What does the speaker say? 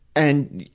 and,